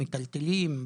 מיטלטלין,